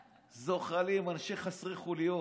זוחלים, אנשים חסרי חוליות.